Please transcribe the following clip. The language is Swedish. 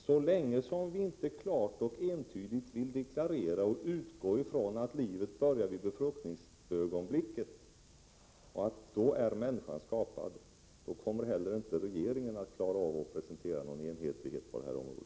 Så länge som vi inte klart och entydigt vill deklarera, och utgå från, att livet börjar vid befruktningsögonblicket — att då är människan skapad — kommer inte heller regeringen att klara av att presentera någon enhetlighet på det här området.